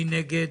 מי נגד?